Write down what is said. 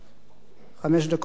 חמש דקות עומדות לרשותך.